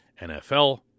NFL